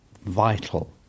vital